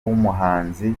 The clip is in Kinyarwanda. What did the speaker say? w’umuhanzi